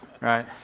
right